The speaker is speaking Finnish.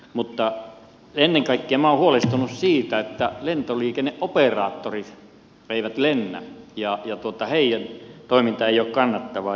mutta ennen kaikkea minä olen huolestunut siitä että lentoliikenneoperaattorit eivät lennä ja heidän toimintansa ei ole kannattavaa